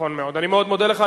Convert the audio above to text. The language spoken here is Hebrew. אני מאוד מודה לך.